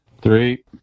Three